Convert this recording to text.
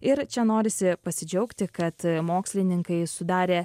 ir čia norisi pasidžiaugti kad mokslininkai sudarė